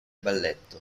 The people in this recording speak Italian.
balletto